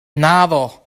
naddo